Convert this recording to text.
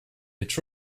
its